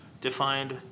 defined